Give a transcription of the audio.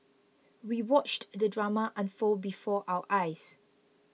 we watched the drama unfold before our eyes